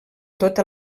tota